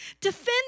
Defend